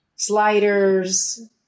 Sliders